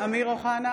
אמיר אוחנה,